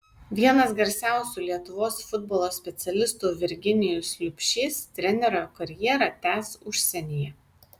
vienas garsiausių lietuvos futbolo specialistų virginijus liubšys trenerio karjerą tęs užsienyje